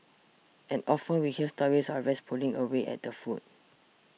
and often we hear stories of rats pulling away at the food